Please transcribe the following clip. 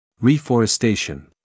Reforestation